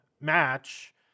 match